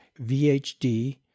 VHD